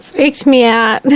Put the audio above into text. freaked me out.